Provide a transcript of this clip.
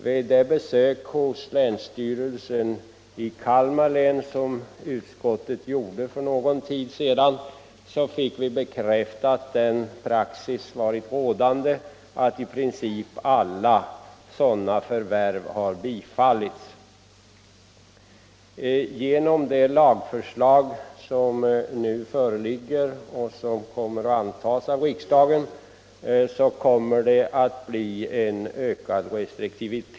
Vid det besök hos länsstyrelsen i Kalmar län, som utskottet gjorde för någon tid sedan, fick vi bekräftat att den praxis varit rådande att i princip alla sådana förvärv har bifallits. Genom det lagförslag som nu föreligger och som strax antas av riksdagen kommer restriktiviteten att öka.